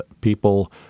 people